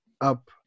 up